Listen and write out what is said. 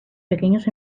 pequeños